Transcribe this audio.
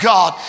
God